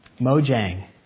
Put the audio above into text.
Mojang